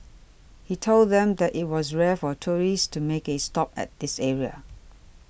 he told them that it was rare for tourists to make a stop at this area